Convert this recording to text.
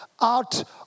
out